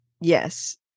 Yes